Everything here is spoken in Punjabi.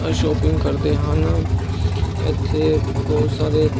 ਸ਼ੋਪਿੰਗ ਕਰਦੇ ਹਨ ਇੱਥੇ ਬਹੁਤ ਸਾਰੇ